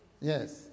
Yes